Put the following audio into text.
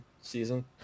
season